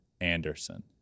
Anderson